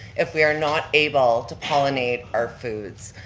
if we are not able to pollinate our foods.